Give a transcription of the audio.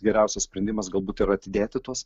geriausias sprendimas galbūt ir atidėti tuos